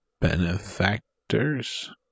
benefactors